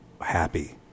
happy